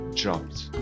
dropped